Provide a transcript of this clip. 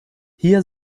hier